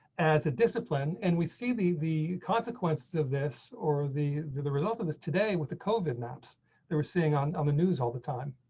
as a discipline and we see the, the consequences of this or the, the the result of this today with the coven apps that we're seeing on the news all the time.